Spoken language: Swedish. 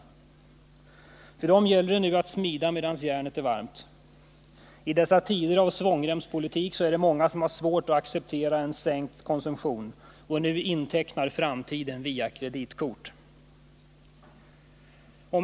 För dem gäller det nu att smida medan järnet är varmt. I dessa tider av svångremspolitik är det många som har svårt att acceptera en sänkt konsumtion och nu intecknar framtiden via kreditkort.